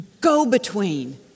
go-between